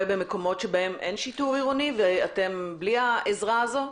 במקומות שבהם אין שיטור עירוני ואתם בלי העזרה הזו?